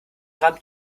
gramm